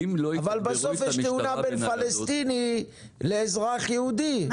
אבל בסוף יש תאונה בין פלסטיני לאזרח יהודי,